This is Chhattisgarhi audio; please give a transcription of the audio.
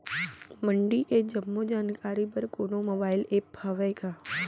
मंडी के जम्मो जानकारी बर कोनो मोबाइल ऐप्प हवय का?